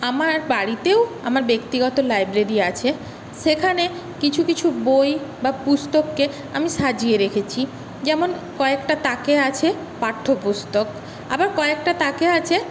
আমার বাড়িতেও আমার ব্যাক্তিগত লাইব্রেরি আছে সেখানে কিছু কিছু বই বা পুস্তককে আমি সাজিয়ে রেখেছি যেমন কয়েকটা তাকে আছে পাঠ্যপুস্তক আবার কয়েকটা তাকে আছে